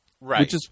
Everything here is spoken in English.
Right